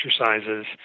exercises